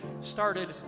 started